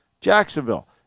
Jacksonville